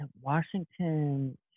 Washington